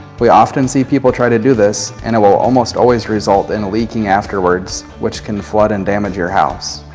we often see people try to do this and it will almost always result in leaking afterwards which can flood and damage your house.